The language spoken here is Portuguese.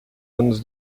anos